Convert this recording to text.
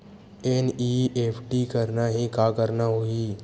NEFT करना हे का करना होही?